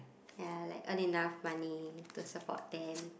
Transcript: ya like earn enough money to support them